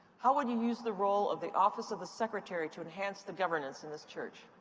how would you use the role of the office of the secretary to enhance the governance in this church?